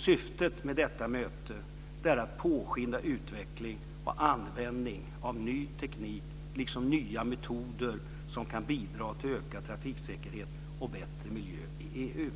Syftet med detta möte är att påskynda utveckling och användning av ny teknik liksom nya metoder som kan bidra till ökad trafiksäkerhet och bättre miljö i EU.